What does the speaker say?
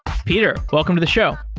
peter, welcome to the show.